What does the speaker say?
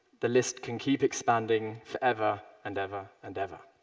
the list can keep expanding forever and ever and ever.